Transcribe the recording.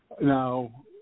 now